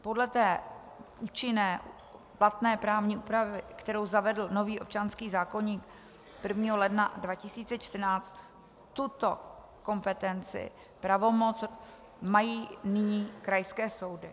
Podle účinné platné právní úpravy, kterou zavedl nový občanský zákoník 1. ledna 2014, tuto kompetenci, pravomoc, mají nyní krajské soudy.